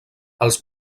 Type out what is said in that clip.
els